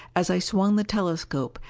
as i swung the telescope,